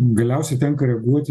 galiausiai tenka reaguoti